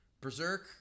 Berserk